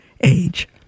age